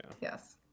Yes